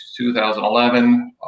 2011